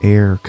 Air